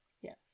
yes